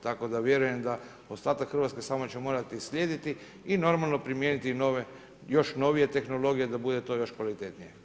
Tako da vjerujem da ostatak Hrvatske samo će morati slijediti i normalno primijeniti još novije tehnologije da bude to još kvalitetnije.